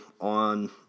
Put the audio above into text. on